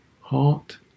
heart